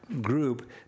group